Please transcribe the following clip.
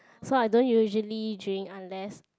so I don't usually drink unless